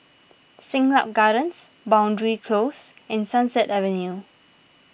Siglap Gardens Boundary Close and Sunset Avenue